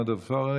עודד פורר,